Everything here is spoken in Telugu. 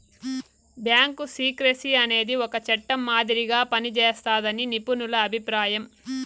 బ్యాంకు సీక్రెసీ అనేది ఒక చట్టం మాదిరిగా పనిజేస్తాదని నిపుణుల అభిప్రాయం